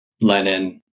Lenin